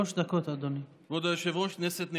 אדוני היושב-ראש, כנסת נכבדה,